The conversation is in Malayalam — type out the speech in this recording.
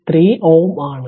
3 Ω ആണ്